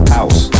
House